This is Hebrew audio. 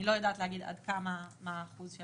אני לא יודעת להגיד עד כמה או מה האחוז של